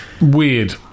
Weird